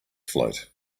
float